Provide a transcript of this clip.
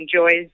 enjoys